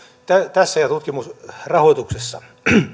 tässä ja tutkimusrahoituksessa